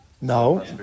No